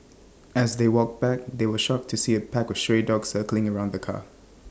as they walked back they were shocked to see A pack of stray dogs circling around the car